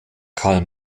karl